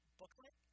booklet